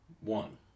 one